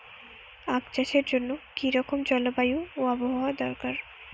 আখ চাষের জন্য কি রকম জলবায়ু ও আবহাওয়া দরকার?